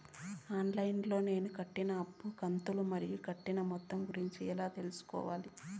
On line లో నేను కట్టిన అప్పు కంతులు మరియు కట్టిన మొత్తం గురించి ఎలా తెలుసుకోవాలి?